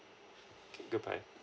okay good bye